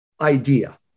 idea